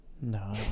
No